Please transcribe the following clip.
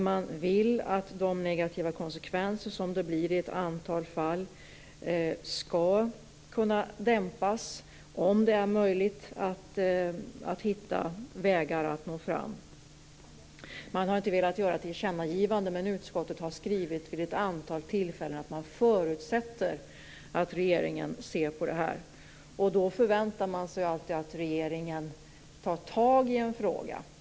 Man vill att de negativa konsekvenser som dessa regler får i ett antal fall skall dämpas, om det är möjligt att hitta vägar för detta. Man har inte velat göra ett tillkännagivande, men utskottet har vid ett antal tillfällen skrivit att man förutsätter att regeringen ser på det här. Man förväntar sig i sådana fall att regeringen tar tag i en fråga.